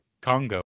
congo